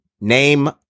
Name